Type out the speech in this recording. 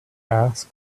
asked